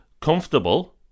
comfortable